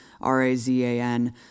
R-A-Z-A-N